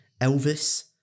Elvis